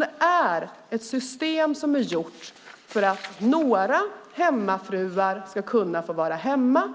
Det är ett system som är gjort för att några hemmafruar ska kunna få vara hemma,